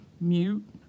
Mute